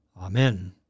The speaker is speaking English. Amen